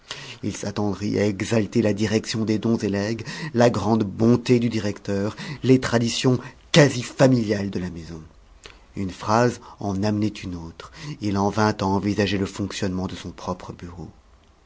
il s'attendrit à exalter la direction des dons et legs la grande bonté du directeur les traditions quasi familiales de la maison une phrase en amenait une autre il en vint à envisager le fonctionnement de son propre bureau